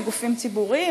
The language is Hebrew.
מגופים ציבוריים,